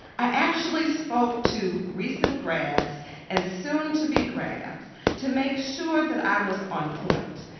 i actually spoke to recent grads and soon to be grads to make sure that i was on point,